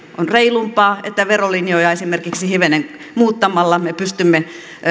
on reilumpaa että esimerkiksi verolinjoja hivenen muuttamalla me pystymme